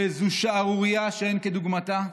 וזו שערורייה שאין כדוגמתה.